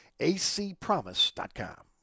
acpromise.com